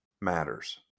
matters